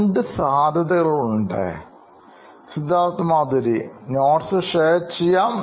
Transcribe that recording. രണ്ടു സാധ്യതകളുണ്ട് Siddharth Maturi CEO Knoin Electronics Notes share ചെയ്യാം